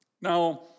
Now